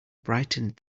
brightened